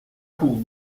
pour